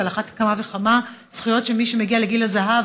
ועל אחת כמה וכמה זכויות של מי שמגיע לגיל הזהב,